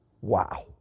Wow